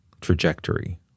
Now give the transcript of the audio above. trajectory